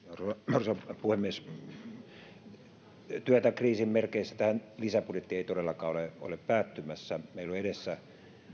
arvoisa puhemies työ tämän kriisin merkeissä tämä lisäbudjetti ei todellakaan ole päättymässä meillä on edessä